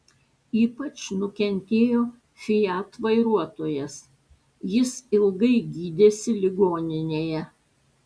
ypač nukentėjo fiat vairuotojas jis ilgai gydėsi ligoninėje